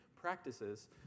practices